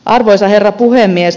arvoisa herra puhemies